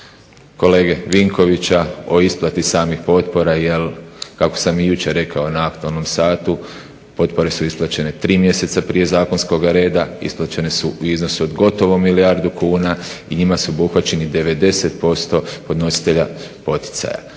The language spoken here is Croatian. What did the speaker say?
kolege Vinkovića o isplati samih potpora jer kako sam i jučer rekao na aktualnom satu potpore su isplaćene 3 mjeseca prije zakonskoga reda, isplaćene su u iznosu od gotovo milijardu kuna i njima su obuhvaćeni 90% podnositelja poticaja.